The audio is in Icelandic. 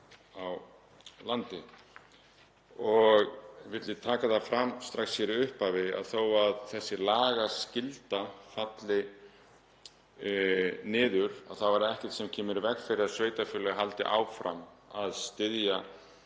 á landi. Ég vil taka það fram strax í upphafi að þó að þessi lagaskylda falli niður er ekkert sem kemur í veg fyrir að sveitarfélög haldi áfram að styðja